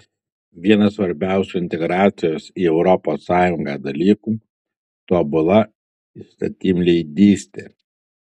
vienas svarbiausių integracijos į europos sąjungą dalykų tobula įstatymleidystė